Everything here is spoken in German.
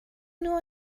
nur